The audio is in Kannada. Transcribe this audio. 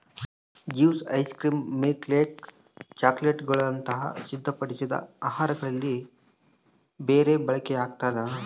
ಜ್ಯೂಸ್ ಐಸ್ ಕ್ರೀಮ್ ಮಿಲ್ಕ್ಶೇಕ್ ಚಾಕೊಲೇಟ್ಗುಳಂತ ಸಿದ್ಧಪಡಿಸಿದ ಆಹಾರಗಳಲ್ಲಿ ಬೆರಿ ಬಳಕೆಯಾಗ್ತದ